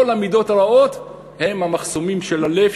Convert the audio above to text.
כל המידות הרעות הן המחסומים של הלב,